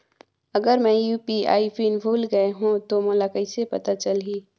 अगर मैं UPI pin भुल गये हो तो मोला कइसे पता चलही?